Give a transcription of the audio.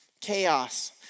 Chaos